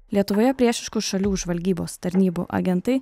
lietuvoje priešiškų šalių žvalgybos tarnybų agentai